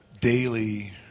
daily